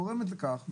גורמת לכך,